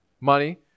Money